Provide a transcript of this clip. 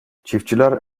çiftçiler